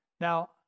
Now